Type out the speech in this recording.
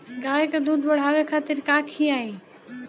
गाय के दूध बढ़ावे खातिर का खियायिं?